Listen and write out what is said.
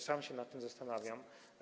Sam się nad tym zastanawiam.